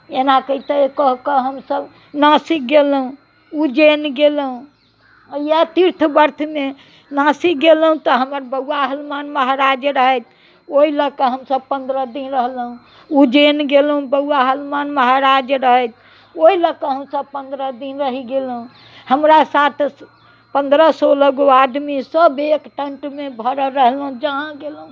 एना करितै कऽ कऽ हमसब नासिक गेलहुँ उज्जैन गेलहुँ इएह तीर्थ बर्थमे नासिक गेलहुँ तऽ हमरा बौआ हनुमान महाराज जे रहथि ओहि लऽ कऽ हमसब पनरह दिन रहलहुँ उज्जेन गेलहुँ बौआ हनुमान महाराज रहथि ओहि लऽ कऽ हमसब पनरह दिन रहि गेलहुँ हमरा साथ पनरह सोलह गो आदमीसब एक टेन्टमे भरल रहलहुँ जहाँ गेलहुँ